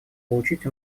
получить